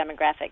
demographic